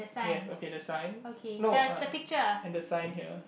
yes okay the sign no uh and the sign here